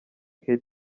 kate